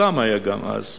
גם סדאם